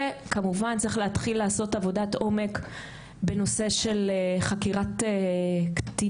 וכמובן צריך להתחיל לעשות עבודת עומק בנושא של חקירת קטינים,